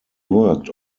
worked